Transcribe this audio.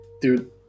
dude